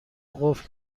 قفل